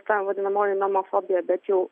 ta vadinamoji nomofobija bet jau